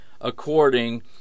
according